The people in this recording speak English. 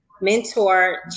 mentor